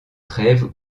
trèves